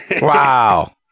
Wow